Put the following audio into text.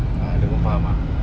ah dia orang faham ah